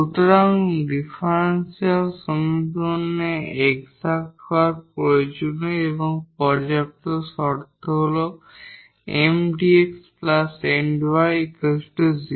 সুতরাং ডিফারেনশিয়াল সমীকরণের এক্সাট হওয়ার জন্য প্রয়োজনীয় এবং পর্যাপ্ত শর্ত হল 𝑀𝑑𝑥 𝑁𝑑𝑦 0